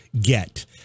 get